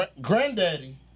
granddaddy